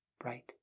bright